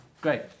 Great